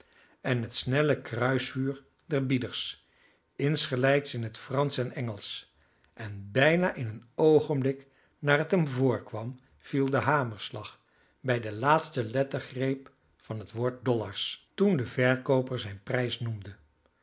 en het snelle kruisvuur der bieders insgelijks in het fransch en engelsch en bijna in een oogenblik naar het hem voorkwam viel de hamerslag bij de laatste lettergreep van het woord dollars toen de verkooper zijn prijs noemde